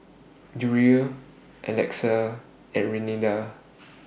Uriel Alexa and Renada